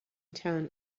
town